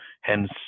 hence